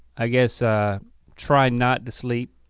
i guess try not to sleep.